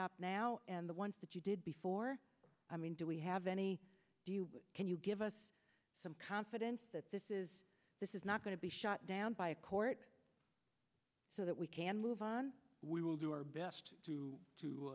up now and the one that you did before i mean do we have any can you give us some confidence that this is this is not going to be shot down by a court so that we can move on we will do our best